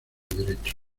derecho